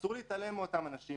אסור להתעלם מאותם אנשים.